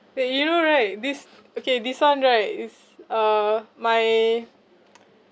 that you know right this okay this [one] right is uh my